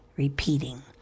repeating